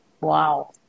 wow